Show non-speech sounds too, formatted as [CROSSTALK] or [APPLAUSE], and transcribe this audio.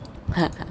[LAUGHS]